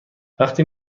وقتی